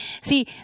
See